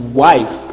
wife